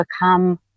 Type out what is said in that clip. become